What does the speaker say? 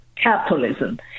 capitalism